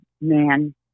man